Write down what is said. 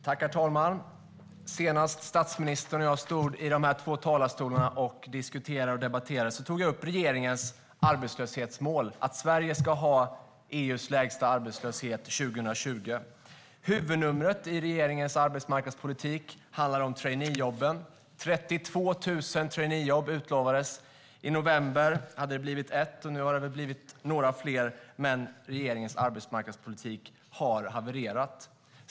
Herr talman! Senast statsministern och jag stod i de här två talarstolarna och diskuterade och debatterade tog jag upp regeringens arbetslöshetsmål: Sverige ska ha EU:s lägsta arbetslöshet 2020. Huvudnumret i regeringens arbetsmarknadspolitik handlar om traineejobben. 32 000 traineejobb utlovades. I november hade det blivit ett enda. Nu har det väl blivit några fler, men regeringens arbetsmarknadspolitik har havererat.